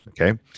okay